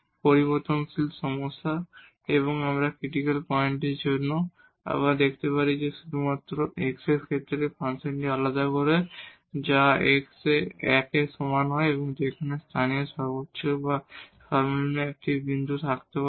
variable সমস্যা এবং আমরা ক্রিটিকাল পয়েন্টের জন্য আবার দেখতে পারি শুধুমাত্র x এর ক্ষেত্রে এই ফাংশনটি আলাদা করে যা x এ 1 এর সমান হয় সেখানে লোকাল মাক্সিমাম মিনিমাম একটি বিন্দু থাকতে পারে